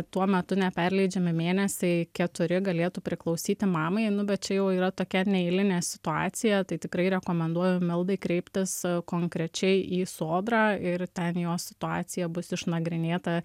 tuo metu neperleidžiami mėnesiai keturi galėtų priklausyti mamai nu bet čia jau yra tokia neeilinė situacija tai tikrai rekomenduoju mildai kreiptis konkrečiai į sodrą ir ten jos situacija bus išnagrinėta